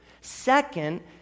Second